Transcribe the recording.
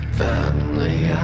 family